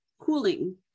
cooling